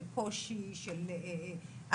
של קושי אמיתי,